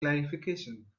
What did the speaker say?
clarification